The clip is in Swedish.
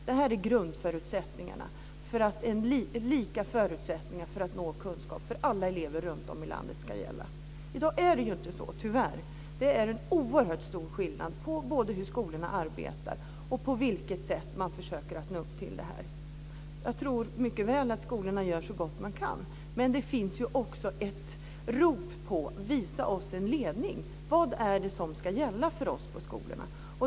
Det här är grundförutsättningarna för att alla elever runt om i landet ska nå kunskap. I dag är det inte så, tyvärr. Det är oerhört stor skillnad mellan både hur skolorna arbetar och på vilket sätt man försöker nå upp till detta. Jag tror mycket väl att skolorna gör så gott man kan, men det finns också ett rop: Visa oss en ledning! Vad är det som ska gälla för oss på skolorna?